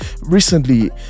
Recently